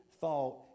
thought